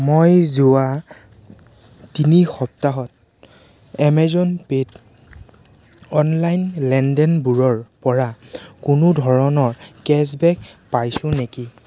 মই যোৱা তিনি সপ্তাহত এমেজন পে'ত অনলাইন লেনদেনবোৰৰ পৰা কোনো ধৰণৰ কেশ্ববেক পাইছো নেকি